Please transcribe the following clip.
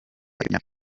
imyaka